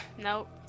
Nope